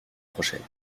prochaine